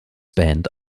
band